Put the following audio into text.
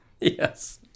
yes